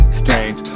strange